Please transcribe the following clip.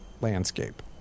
landscape